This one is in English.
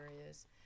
areas